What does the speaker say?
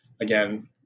again